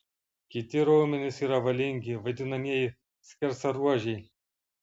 kiti raumenys yra valingi vadinamieji skersaruožiai